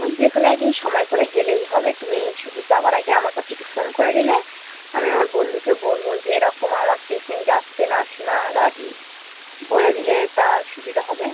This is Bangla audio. ওই যে কোনো এক দিন সময় করে গেলেই হবে তুমি শুধু যাওয়ার আগে আমার কাছে একটু ফোন করে দিলে আমি আমার বন্ধুকে বলবো যে এরকম আমার পেশেন্ট যাচ্ছে নাসিমা গাজি বলে দিলে তা সুবিধা হবে